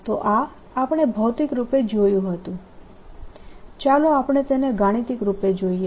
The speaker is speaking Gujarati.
તો આ આપણે ભૌતિક રૂપે જોયું હતું ચાલો આપણે તેને ગાણિતિક રૂપે જોઈએ